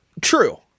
True